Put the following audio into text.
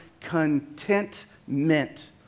contentment